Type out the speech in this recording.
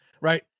right